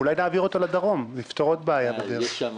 אולי נעביר את בית הספר לדרום ונפתור עוד בעיה בדרך.